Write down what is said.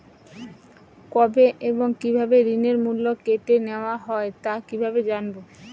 কবে এবং কিভাবে ঋণের মূল্য কেটে নেওয়া হয় তা কিভাবে জানবো?